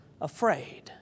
afraid